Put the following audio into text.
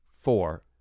four